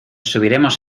subiremos